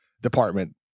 department